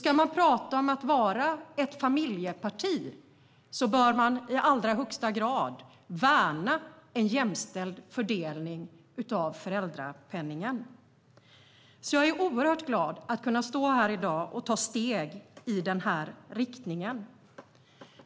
Ska man tala om att vara ett familjeparti bör man i allra högsta grad värna en jämställd fördelning av föräldrapenningen. Jag är därför oerhört glad att kunna stå här i dag och ta steg i denna riktning.